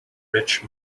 rich